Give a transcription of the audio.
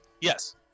Yes